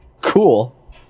cool